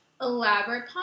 elaborate